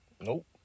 nope